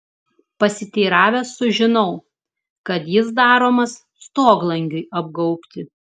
pasiteiravęs sužinau kad jis daromas stoglangiui apgaubti